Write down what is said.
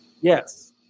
Yes